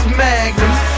magnums